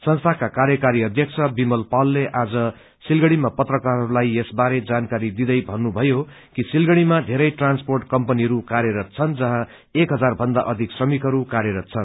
संस्थाका र्कायकारी अध्यक्ष विमल पालले आज सिलगड़ीमा पत्रकारहरूलाई यसको जानकारी दिँदै भन्नुभयो कि सिलगड़ीमा बेरै ट्रान्सपोर्ट कम्पनीहरू कायरत छन् जहाँ एक हजार भन्दा अधिक श्रमिकहरू कायरत छन्